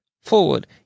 Forward